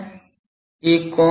तो एक रेडियन क्या है